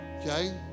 okay